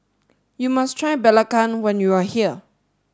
you must try Belacan when you are here